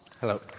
Hello